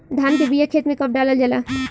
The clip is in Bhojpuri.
धान के बिया खेत में कब डालल जाला?